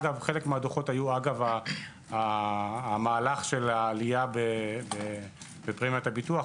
אגב חלק מהדוחות היו אגב המהלך של העלייה בפרמיית הביטוח,